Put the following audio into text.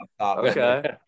okay